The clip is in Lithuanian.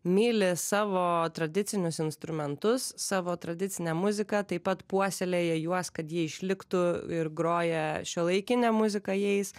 myli savo tradicinius instrumentus savo tradicinę muziką taip pat puoselėja juos kad ji išliktų ir groja šiuolaikinę muziką jais